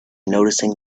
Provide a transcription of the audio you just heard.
noticing